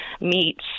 meats